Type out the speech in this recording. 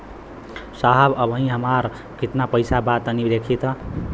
साहब अबहीं हमार कितना पइसा बा तनि देखति?